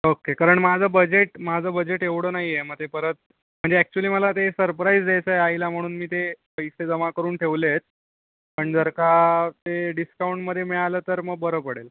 okay कारण माझं budget माझं बजेट एवढं नाही आहे मग ते परत म्हणजे ॲक्चुली मला ते सरप्राईज द्यायचं आहे आईला म्हणून मी ते पैसे जमा करून ठेवले आहेत पण जर का ते डिस्काऊणमध्ये मिळालं तर मग बरं पडेल